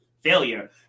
failure